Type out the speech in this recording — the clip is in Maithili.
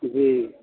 जी